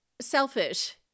selfish